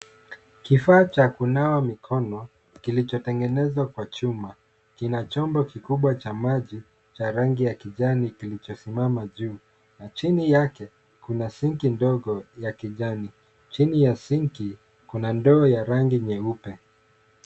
Kifaa cha kunawa mikono kilichotengenezwa kwa chuma, kina chombo kikubwa cha maji cha rangi ya kijani kilichosimama juu na chini yake kuna sinki ndogo ya kijani. Chini ya sinki kuna ndoo ya rangi nyeupe.